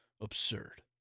absurd